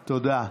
תודה.